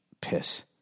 piss